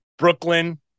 Brooklyn